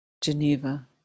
Geneva